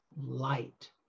light